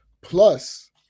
Plus